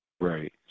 Right